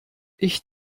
ich